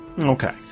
Okay